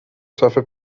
صفحه